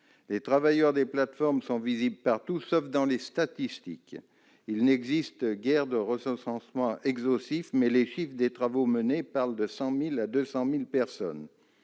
Les travailleurs des plateformes sont visibles partout, sauf dans les statistiques : il n'existe guère de recensement exhaustif, mais les chiffres des travaux menés vont de 100 000 à 200 000 personnes.